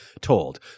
told